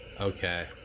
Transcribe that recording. Okay